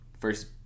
first